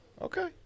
Okay